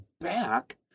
back